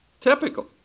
typical